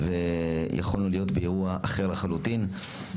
יכולנו להיות באירוע אחר לחלוטין.